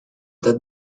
that